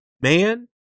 man